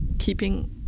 keeping